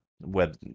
web